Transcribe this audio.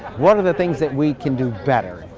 what are the things that we can do better?